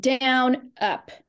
down-up